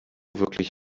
wirklich